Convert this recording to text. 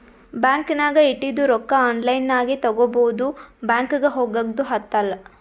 bank ನಾಗ್ ಇಟ್ಟಿದು ರೊಕ್ಕಾ ಆನ್ಲೈನ್ ನಾಗೆ ತಗೋಬೋದು ಬ್ಯಾಂಕ್ಗ ಹೋಗಗ್ದು ಹತ್ತಲ್